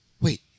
Wait